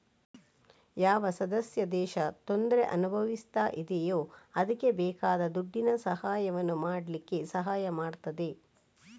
ಯಾವ ಸದಸ್ಯ ದೇಶ ತೊಂದ್ರೆ ಅನುಭವಿಸ್ತಾ ಇದೆಯೋ ಅದ್ಕೆ ಬೇಕಾದ ದುಡ್ಡಿನ ಸಹಾಯವನ್ನು ಮಾಡ್ಲಿಕ್ಕೆ ಸಹಾಯ ಮಾಡ್ತದೆ